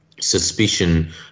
suspicion